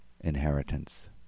inheritance